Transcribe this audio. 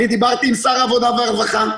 דיברתי עם שר העבודה והרווחה,